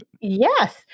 Yes